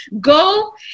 go